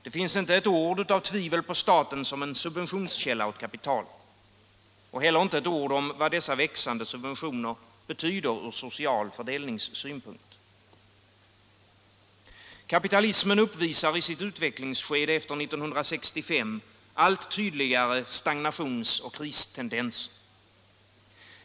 Det finns inte ett enda ord av tvivel på staten som = statligt investeringsen subventionskälla åt kapitalet och inte heller ett enda ord om vad bidrag dessa växande subventioner betyder ur social fördelningssynpunkt. Kapitalismen uppvisar i sitt utvecklingsskede efter 1965 allt tydligare stagnations och kristendenser.